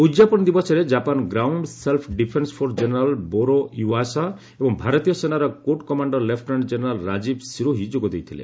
ଉଦ୍ଯାପନ ଦିବସରେ Japan ground self defence force general ବୋରୋ ୟୁଆଶା ଏବଂ ଭାରତୀୟ ସେନାର କୋଟ୍ commander lieutenant general Rajeev Sirohi ଯୋଗ ଦେଇଥିଲେ